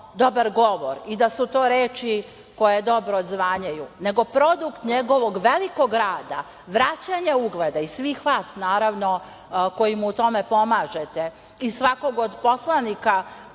i da su to reči koje dobro odzvanjaju, nego produkt njegovog velikog rada, vraćanja ugleda i svih vas, naravno, koji mu u tome pomažete, i svakog od poslanika